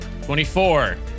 24